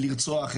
בחשון תשפ"ב.